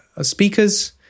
speakers